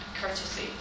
courtesy